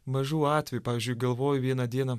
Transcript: mažų atvejų pavyzdžiui galvoju vieną dieną